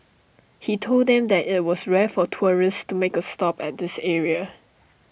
he told them that IT was rare for tourists to make A stop at this area